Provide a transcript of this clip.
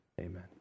amen